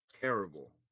terrible